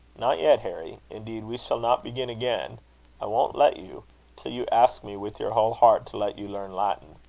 not yet, harry. indeed, we shall not begin again i won't let you till you ask me with your whole heart, to let you learn latin.